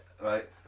right